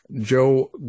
Joe